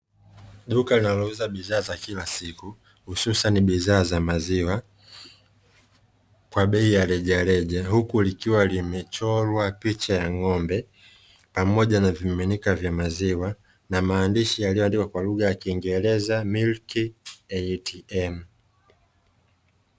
Duka linalouza bidhaa za kila siku hususani bidhaa za maziwa kwa bei ya rejareja, huku likiwa limechorwa picha ya ng'ombe pamoja na vimiminika vya maziwa na maandishi yaliyoandikwa kwa lugha ya kiiengereza (MILK ATM).